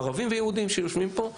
ערבים ויהודים שיושבים פה,